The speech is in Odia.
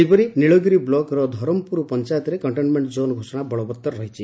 ସେହିପରି ନୀଳଗିରି ବ୍କକର ଧରମପୁର ପଞାୟତରେ କଣ୍ଟେନମେଙ୍ ଜୋନ୍ ଘୋଷଣା ବଳବତ୍ତର ରହିଛି